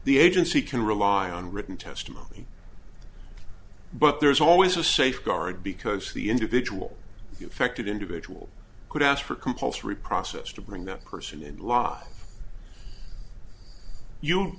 the agency can rely on written testimony but there's always a safeguard because the individual affected individual could ask for compulsory process to bring that person in la you